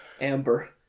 Amber